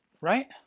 right